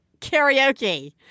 karaoke